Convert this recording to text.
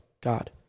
God